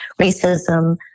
racism